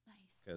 Nice